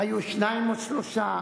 היו שניים, או שלושה.